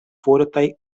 fortaj